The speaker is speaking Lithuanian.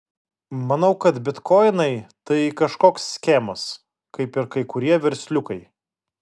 manau kad bitkoinai tai kažkoks skemas kaip ir kai kurie versliukai